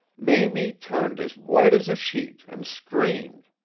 mamie turned as white as a sheet and screamed.